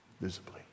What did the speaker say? visibly